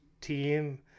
team